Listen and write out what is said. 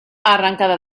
arrancada